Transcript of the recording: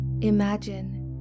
Imagine